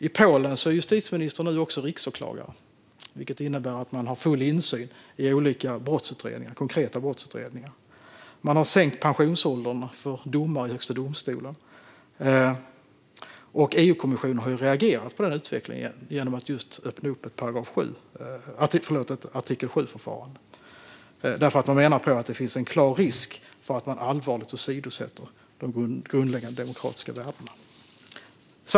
I Polen är justitieministern nu också riksåklagare, vilket innebär att man har full insyn i olika konkreta brottsutredningar. Polen har också sänkt pensionsåldern för domare i högsta domstolen. EU-kommissionen har reagerat på denna utveckling genom att öppna ett artikel 7-förfarande, eftersom man menar att det finns en klar risk för att de grundläggande demokratiska värdena allvarligt åsidosätts.